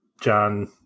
John